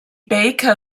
baker